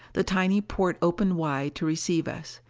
the tiny port opened wide to receive us.